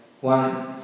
one